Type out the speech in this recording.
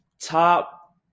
Top